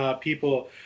people